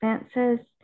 expenses